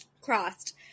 crossed